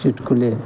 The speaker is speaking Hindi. चुटकुले